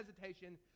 hesitation